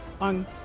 on